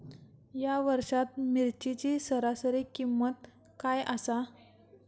या वर्षात मिरचीची सरासरी किंमत काय आसा?